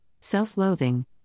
self-loathing